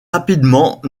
rapidement